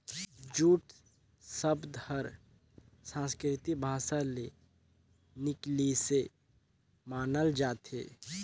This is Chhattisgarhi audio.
जूट सबद हर संस्कृति भासा ले निकलिसे मानल जाथे